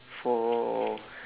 for